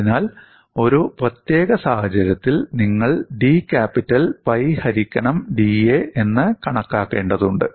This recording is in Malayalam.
അതിനാൽ ഒരു പ്രത്യേക സാഹചര്യത്തിന് നിങ്ങൾ d ക്യാപിറ്റൽ പൈ ഹരിക്കണം da എന്ന് കണക്കാക്കേണ്ടതുണ്ട്